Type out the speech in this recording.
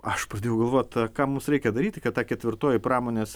aš pradėjau galvot ką mums reikia daryti kad ta ketvirtoji pramonės